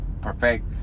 perfect